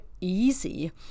easy